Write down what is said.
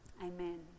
Amen